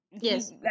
Yes